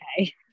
okay